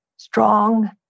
Strong